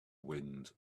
wind